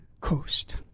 Coast